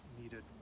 needed